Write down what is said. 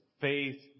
faith